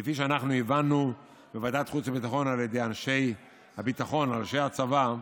וכפי שאנחנו הבנו בוועדת חוץ וביטחון על ידי אנשי הביטחון או אנשי הצבא,